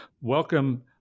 welcome